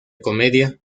comedia